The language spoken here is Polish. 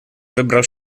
wybrał